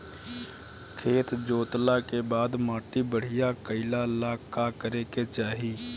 खेत जोतला के बाद माटी बढ़िया कइला ला का करे के चाही?